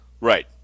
Right